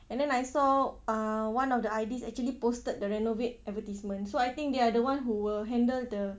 and then I saw uh one of the I_Ds actually posted the renovaid advertisement so I think they are the one who will handle the